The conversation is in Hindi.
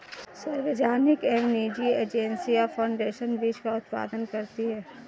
सार्वजनिक एवं निजी एजेंसियां फाउंडेशन बीज का उत्पादन करती है